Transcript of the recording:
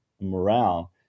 morale